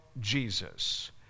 Jesus